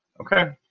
Okay